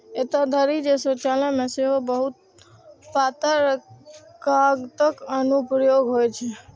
एतय धरि जे शौचालय मे सेहो बहुत पातर कागतक अनुप्रयोग होइ छै